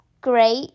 great